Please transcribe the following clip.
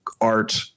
art